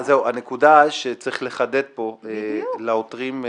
הנקודה שצריך לחדד פה לעותרים,